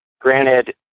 Granted